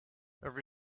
every